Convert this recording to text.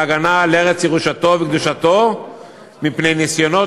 בהגנה על ארץ ירושתו וקדושתו מפני ניסיונות